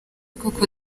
koko